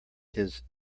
his